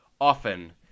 often